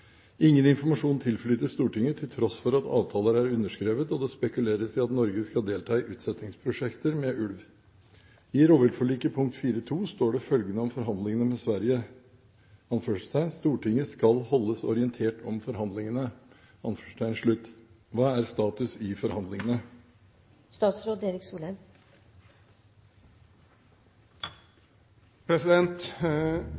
Ingen informasjon tilflyter Stortinget til tross for at avtaler er underskrevet og det spekuleres i at Norge skal delta i utsettingsprosjekter med ulv. I rovviltforliket pkt. 4.2 står følgende om forhandlingene med Sverige: «Stortinget skal holdes orientert om forhandlingene.» Hva er status i forhandlingene?»